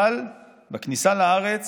אבל בכניסה לארץ